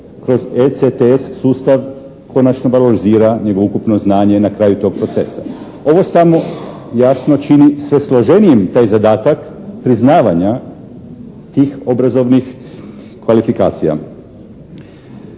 kroz «ECTS» sustav konačno valorizira njegovo ukupno znanje na kraju tog procesa. Ovo samo jasno čini sve složenijim taj zadatak priznavanja tih obrazovnih kvalifikacija.